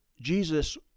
Jesus